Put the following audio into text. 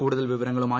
കൂടുതൽ വിവരങ്ങളുമായി